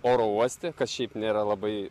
oro uoste kas šiaip nėra labai